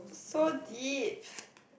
so deep